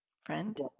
friend